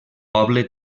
poble